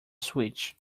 switch